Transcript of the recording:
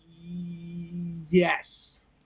Yes